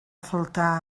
faltar